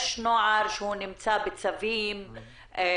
יש נוער שהוא נמצא תחת צווי שופטים.